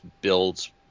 builds